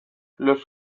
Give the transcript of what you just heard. los